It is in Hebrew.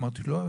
אמרתי: לא,